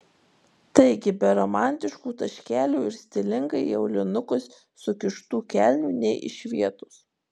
taigi be romantiškų taškelių ir stilingai į aulinukus sukištų kelnių nė iš vietos